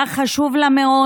היה חשוב לה מאוד,